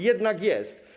Jednak jest.